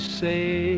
say